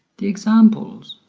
the examples